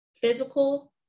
physical